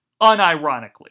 unironically